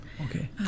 Okay